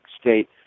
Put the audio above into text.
state